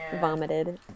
vomited